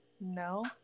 No